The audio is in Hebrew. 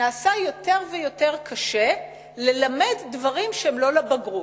נעשה יותר ויותר קשה ללמד דברים שהם לא לבגרות.